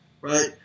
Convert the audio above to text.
Right